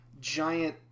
giant